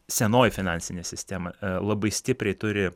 senoji finansinė sistema labai stipriai turi